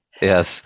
Yes